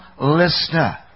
listener